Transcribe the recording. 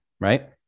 right